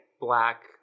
black